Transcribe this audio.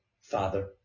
Father